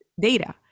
data